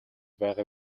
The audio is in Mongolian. байгаа